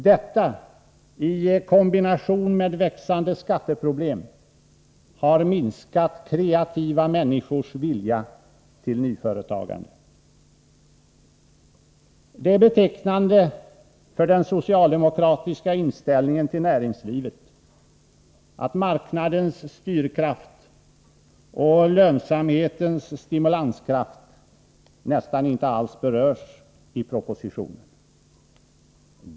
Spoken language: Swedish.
Detta i kombination med växande skatteproblem har minskat kreativa människors vilja till nyföretagande. Det är betecknande för den socialdemokratiska inställningen till näringslivet att marknadens styrkraft och lönsamhetens stimulanskraft nästan inte alls berörs i propositionen.